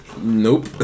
Nope